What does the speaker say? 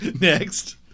Next